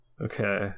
okay